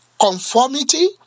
Conformity